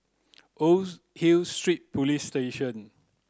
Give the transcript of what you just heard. Old Hill Street Police Station